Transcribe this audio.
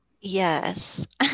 Yes